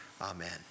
Amen